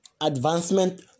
advancement